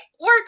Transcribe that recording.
work